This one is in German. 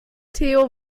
theo